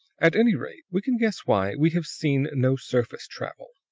at any rate, we can guess why we have seen no surface travel.